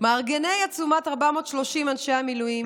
מארגני עצומת 430 אנשי המילואים,